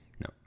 No